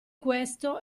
questo